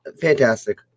Fantastic